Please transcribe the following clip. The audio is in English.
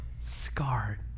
scarred